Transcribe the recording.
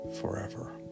forever